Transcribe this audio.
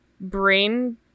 brain